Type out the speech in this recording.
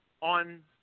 on